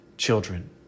children